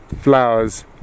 flowers